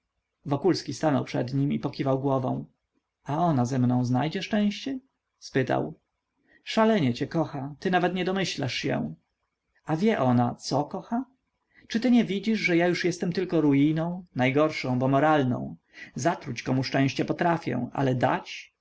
szczęście wokulski stanął przed nim i pokiwał głową a ona ze mną znajdzie szczęście spytał szalenie cię kocha ty nawet nie domyślasz się a wie ona co kocha czy ty nie widzisz że ja już jestem tylko ruiną najgorszą bo moralną zatruć komu szczęście potrafię ale dać